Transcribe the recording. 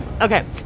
okay